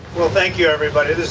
well, thank you everybody.